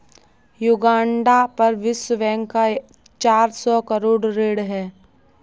Uganda पर विश्व bank का चार सौ करोड़ ऋण है